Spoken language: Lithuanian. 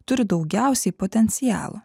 turi daugiausiai potencialo